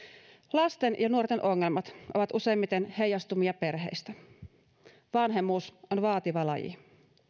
lasten ja nuorten ongelmat ovat useimmiten heijastumia perheistä vanhemmuus on vaativa laji